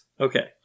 Okay